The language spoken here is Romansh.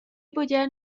bugen